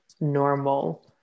normal